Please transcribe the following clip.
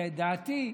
לדעתי,